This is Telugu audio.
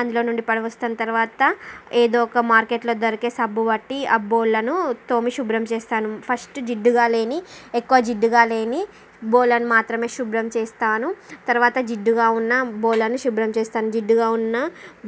అందులో నుండి పడపోసిన తర్వాత ఎదో ఒక మార్కెట్లో దొరికే సబ్బు బట్టి ఆ బోళ్ళను తోమి శుభ్రం చేస్తాను ఫస్ట్ జిడ్డుగా లేని ఎక్కువ జిడ్డుగా లేని బోళ్ళని మాత్రమే శుభ్రం చేస్తాను తరువాత జిడ్డుగా ఉన్న బోళ్ళను శుభ్రం చేస్తాను జిడ్డుగా ఉన్న